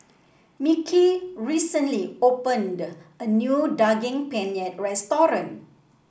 Mickie recently opened a new Daging Penyet Restaurant